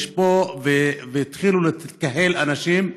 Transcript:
והתחילו להתקהל אנשים.